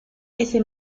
ese